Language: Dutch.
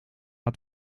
het